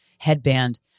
headband